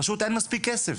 פשוט אין מספיק כסף.